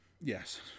Yes